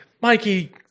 Mikey